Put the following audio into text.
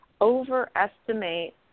overestimate